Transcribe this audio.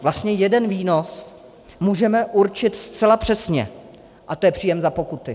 Vlastně jeden výnos můžeme určit zcela přesně a je to příjem za pokuty.